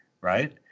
right